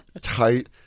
tight